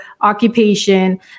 occupation